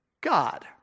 God